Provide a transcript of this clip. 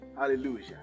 Hallelujah